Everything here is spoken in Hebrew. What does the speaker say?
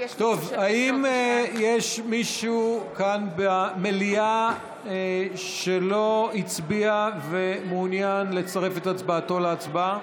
האם יש מישהו כאן במליאה שלא הצביע ומעוניין לצרף את הצבעתו להצבעה?